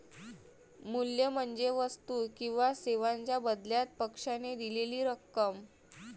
मूल्य म्हणजे वस्तू किंवा सेवांच्या बदल्यात पक्षाने दिलेली रक्कम